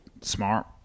smart